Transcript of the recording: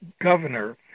governor